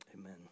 Amen